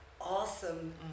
awesome